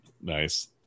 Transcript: Nice